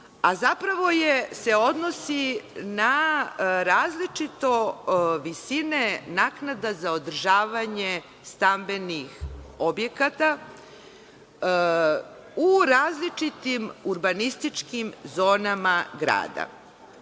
a zapravo se odnosi na različite visine naknada za održavanje stambenih objekata u različitim urbanističkim zonama grada.